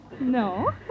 No